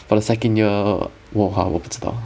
for the second year 我还我不知道